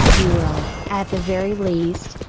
you will, at the very least,